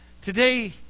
Today